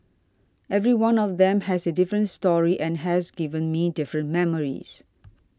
every one of them has a different story and has given me different memories